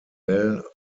bell